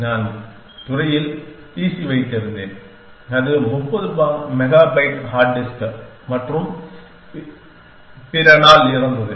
நான் துறையில் பிசி வைத்திருக்கிறேன் அதில் 30 மெகாபைட் ஹார்ட் டிஸ்க் மற்றும் பிற நாள் இருந்தது